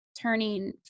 turning